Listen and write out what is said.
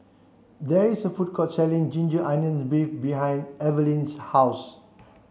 there is a food court selling ginger onions beef behind Eveline's house